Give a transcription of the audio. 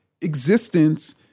existence